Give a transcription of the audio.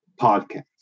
podcast